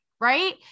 right